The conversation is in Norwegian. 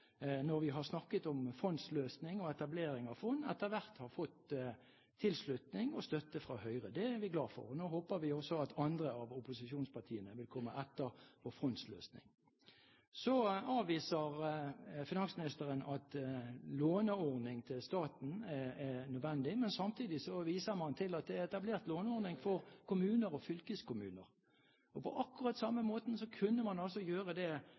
når vi har snakket om fondsløsninger og etablering av fond, etter hvert har fått tilslutning og støtte fra Høyre. Det er vi glad for. Nå håper vi også at andre av opposisjonspartiene vil komme etter og være for fondsløsning. Så avviser finansministeren at låneordning til staten er nødvendig, men samtidig viser man til at det er etablert låneordning for kommuner og fylkeskommuner. På akkurat samme måten kunne man altså gjøre det